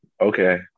Okay